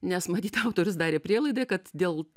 nes matyt autorius darė prielaidą kad dėl